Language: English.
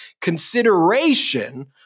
consideration